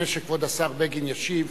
לפני שכבוד השר בגין ישיב,